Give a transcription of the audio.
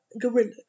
gorilla